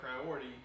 priority